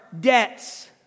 debts